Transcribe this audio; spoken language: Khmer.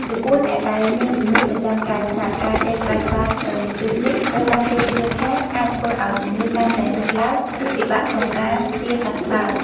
ចំពោះអ្នកដែលមានជំងឺប្រចាំកាយស្រាប់ ការដេកបែរក្បាលទៅទិសនេះ ត្រូវបានគេជឿថាអាចធ្វើឱ្យជំងឺកាន់តែរើឡើង ឬពិបាកក្នុងការជាសះស្បើយ។